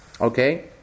Okay